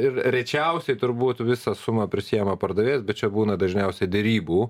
ir rečiausiai turbūt visą sumą prisiima pardavėjas bet čia būna dažniausiai derybų